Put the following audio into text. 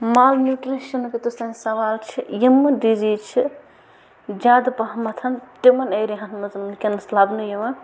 مال نیوٗٹرِشَن یوٚتَس تام سَوال چھِ یِمہٕ ڈِزیٖز چھِ زیادٕ پہمَتھ تِمَن ایریاہَن منٛز وٕنۍکٮ۪نَس لَبنہٕ یِوان